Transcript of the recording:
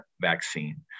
vaccine